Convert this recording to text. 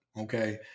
okay